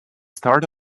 start